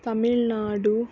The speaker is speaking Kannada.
ತಮಿಳ್ನಾಡು